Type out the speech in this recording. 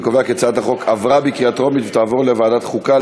אני קובע כי הצעת החוק עברה בקריאה טרומית ותעבור לוועדת החוקה.